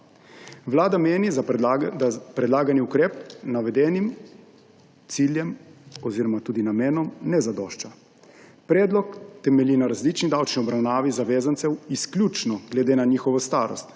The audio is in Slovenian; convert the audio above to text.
Vlada meni, da predlagani ukrep navedenim ciljem oziroma tudi namenom ne zadošča. Predlog temelji na različni davčni obravnavi zavezancev izključno glede na njihovo starost,